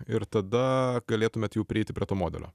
ir tada galėtumėt jau prieiti prie to modelio